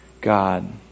God